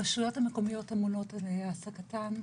הרשויות המקומיות אמונות על העסקתם,